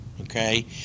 okay